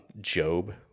Job